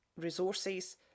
resources